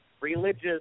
religious